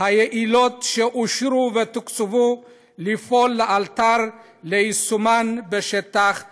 היעילות שאושרו ותוקצבו לפעול לאלתר ליישומן בשטח כלשונן.